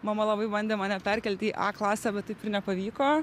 mama labai bandė mane perkelt į a klasę bet taip ir nepavyko